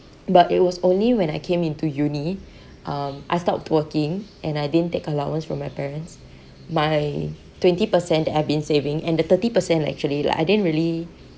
but it was only when I came into uni um I stopped working and I didn't take allowance from my parents my twenty per cent I've been saving and the thirty per cent actually like I didn't really